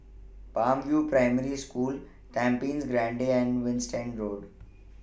Palm View Primary School Tampines Grande and Winstedt Road